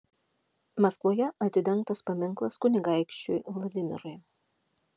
maskvoje atidengtas paminklas kunigaikščiui vladimirui